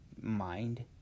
mind